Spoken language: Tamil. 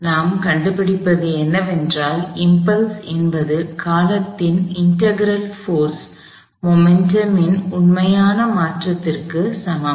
நாம் கண்டுபிடிப்பது என்னவென்றால் இம்பல்ஸ் என்பது காலத்தின் இன்டெக்ரல் போர்ஸ் மொமெண்டம் மின் உண்மையான மாற்றத்திற்கு சமம்